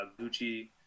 Gucci